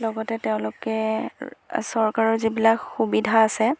লগতে তেওঁলোকে চৰকাৰৰ যিবিলাক সুবিধা আছে